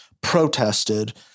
protested